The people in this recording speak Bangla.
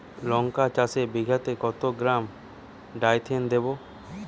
লঙ্কা চাষে বিঘাতে কত গ্রাম ডাইথেন দেবো?